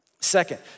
Second